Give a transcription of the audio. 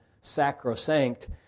sacrosanct